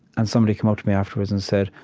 and somebody came up to me afterwards and said,